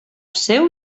seu